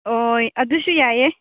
ꯍꯣꯏ ꯑꯗꯨꯁꯨ ꯌꯥꯏꯌꯦ